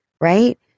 right